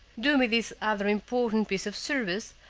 do me this other important piece of service,